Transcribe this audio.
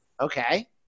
Okay